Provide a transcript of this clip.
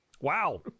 wow